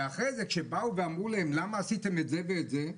ואחרי זה כשאמרו להם: למה עשיתם את זה ואת זה?